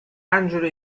angelo